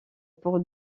pour